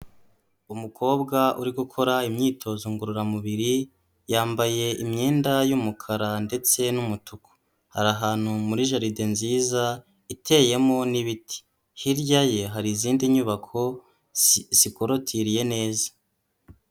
Umukobwa uri gukora imyitozo ngororamubiri, yambaye imyenda y'umukara ndetse n'umutuku, ari ahantu muri jaride nziza iteyemo n'ibiti, hirya ye hari izindi nyubako zikorotiriye neza.